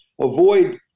Avoid